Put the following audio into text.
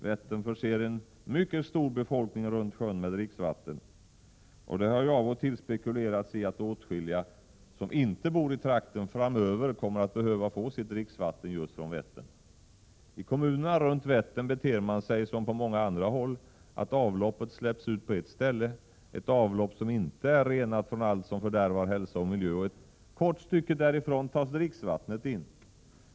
Vättern förser en mycket stor befolkning runt sjön med dricksvatten, och det har ju av och till spekulerats i att åtskilliga som inte bor i trakten, framöver behöver få sitt dricksvatten från just Vättern. I kommunerna runt Vättern beter man sig som på många andra håll, att avloppet släpps ut på ett ställe — ett avlopp som inte är renat från allt som fördärvar hälsa och miljö — och ett kort stycke därifrån tas dricksvattnet in.